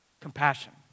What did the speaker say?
Compassion